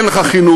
אין לך חינוך,